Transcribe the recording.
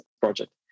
project